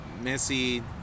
Messi